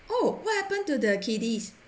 oh what happened to the kiddies